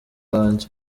banjye